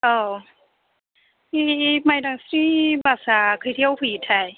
औ बि मायदांस्रि बासा खैथाआव फैयोथाय